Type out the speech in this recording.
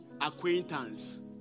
acquaintance